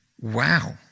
Wow